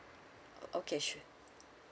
o~ okay sure